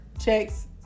checks